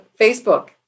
Facebook